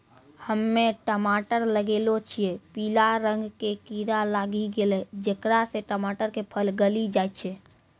हम्मे टमाटर लगैलो छियै पीला रंग के कीड़ा लागी गैलै जेकरा से टमाटर के फल गली जाय छै?